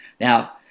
Now